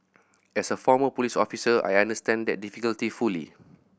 as a former police officer I understand that difficulty fully